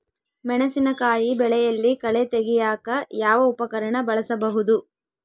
ಮೆಣಸಿನಕಾಯಿ ಬೆಳೆಯಲ್ಲಿ ಕಳೆ ತೆಗಿಯಾಕ ಯಾವ ಉಪಕರಣ ಬಳಸಬಹುದು?